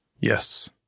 yes